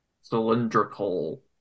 cylindrical